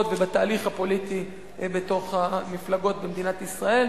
ובתהליך הפוליטי בתוך המפלגות במדינת ישראל.